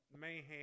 mayhem